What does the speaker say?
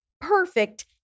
perfect